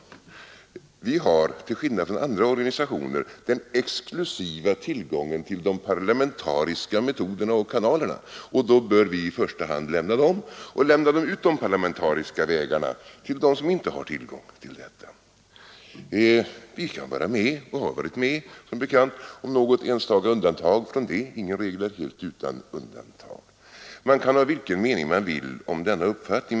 Riksdagspartierna har till skillnad från andra organisationer den exklusiva tillgången till de parlamentariska metoderna och kanalerna, och då bör vi i första hand använda dem och lämna de utomparlamentariska vägarna till dem som inte har tillgång till dessa parlamentariska metoder. Vi kan vara med och har som bekant varit med om enstaka undantag från detta — ingen regel är helt utan undantag. Man kan ha vilken mening man vill om denna uppfattning.